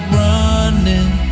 running